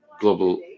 global